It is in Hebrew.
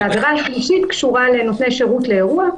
העבירה השלישית קשורה לנותני שירות לאירוע.